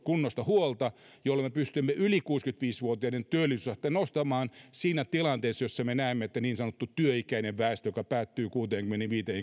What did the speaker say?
kunnosta huolta jolloin me pystymme yli kuusikymmentäviisi vuotiaiden työllisyysasteen nostamaan siinä tilanteessa jossa me näemme että niin sanottu työikäinen väestö jonka ikä päättyy kuuteenkymmeneenviiteen